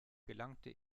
gelangte